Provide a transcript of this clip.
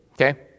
Okay